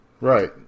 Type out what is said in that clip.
Right